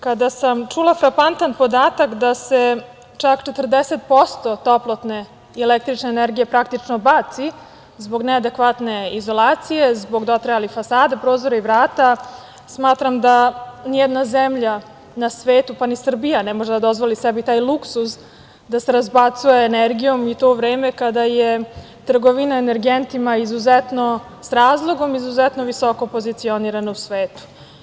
Kada sam čula frapantan podatak da se čak 40% toplotne i električne energije praktično baci zbog neadekvatne izolacije, zbog dotrajalih fasada, prozora i vrata, smatram da nijedna zemlja na svetu, pa ni Srbija, ne može sebi da dozvoli taj luksuz da se razbacuje energijom, i to u vreme kada je trgovina energentima izuzetno, s razlogom izuzetno, visoko pozicionirana u svetu.